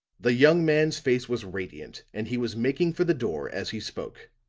the young man's face was radiant and he was making for the door as he spoke.